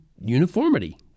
uniformity